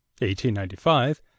1895